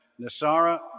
Nasara